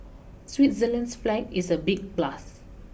Switzerland's flag is a big plus